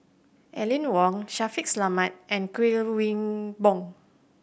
Aline Wong Shaffiq Selamat and Kuik Swee Boon